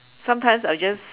sometimes I'll just